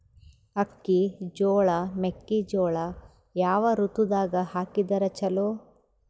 ಅಕ್ಕಿ, ಜೊಳ, ಮೆಕ್ಕಿಜೋಳ ಯಾವ ಋತುದಾಗ ಹಾಕಿದರ ಚಲೋ?